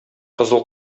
кызыл